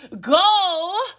go